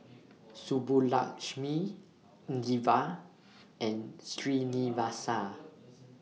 Subbulakshmi Indira and Srinivasa